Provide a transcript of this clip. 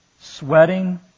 Sweating